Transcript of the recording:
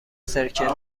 سرکه